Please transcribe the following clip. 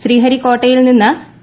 ശ്രീഹരിക്കോട്ടയിൽനിന്ന് P